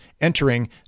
entering